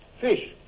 fish